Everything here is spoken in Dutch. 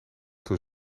toen